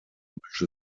which